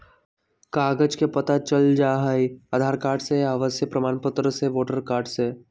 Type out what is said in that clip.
कागज से पता चल जाहई, आधार कार्ड से, आवासीय प्रमाण पत्र से, वोटर कार्ड से?